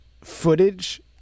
footage